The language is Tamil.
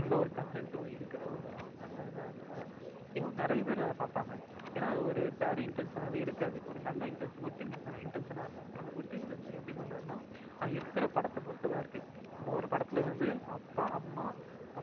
நல்ல ஒரு கண்டெண்ட் இருக்கிற ஒரு நல்ல இதாக இருந்தால் எவ் நிறைய பேர் அதைப் பார்ப்பாங்க ஏன்னால் அது ஒரு பேட் இன்டென்ஷனாகவே இருக்காது ஒரு நல்ல இன்டென்ஷன் குட் இன்டென்ஷன் இன்டென்ஷனாக இருக்கும் அந்த குட் இன்டென்ஷன் எப்படி கொண்டு வர்றதுன்னால் அவன் எடுக்கிறப் படத்தைப் பொறுத்து தான் இருக்குது இப்போ ஒரு படத்தில் வந்து அப்பா அம்மா அப்